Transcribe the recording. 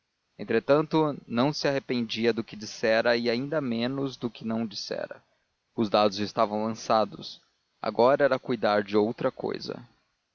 entretanto não se arrependia do que dissera e ainda menos do que não dissera os dados estavam lançados agora era cuidar de outra cousa